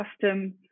custom